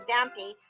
Vampy